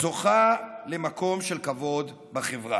זוכה למקום של כבוד בחברה.